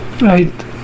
right